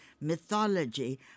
mythology